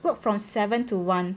work from seven to one